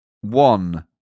one